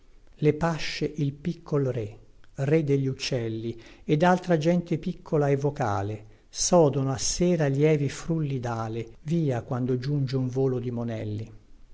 le pasce il piccol re re degli uccelli ed altra gente piccola e vocale sodono a sera lievi frulli dale via quando giunge un volo di monelli